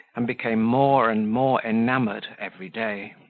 and became more and more enamoured every day.